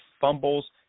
fumbles